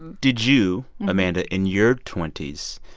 did you, amanda, in your twenty s,